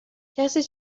کسی